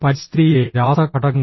പരിസ്ഥിതിയിലെ രാസ ഘടകങ്ങൾ